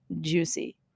juicy